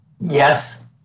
Yes